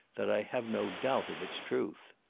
that i have no doubt of its truth.